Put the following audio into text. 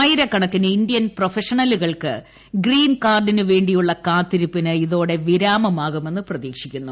ആയിരക്കണക്കിന് ഇന്ത്യൻ പ്രൊഫഷണലുകൾക്ക് ഗ്രീൻ കാർഡിനുവേണ്ടിയുള്ള കാത്തിരിപ്പിന് ഇതോടെ വിരാമമാകുമെന്ന് പ്രതീക്ഷിക്കുന്നു